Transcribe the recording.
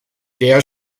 der